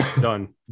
Done